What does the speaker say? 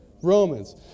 Romans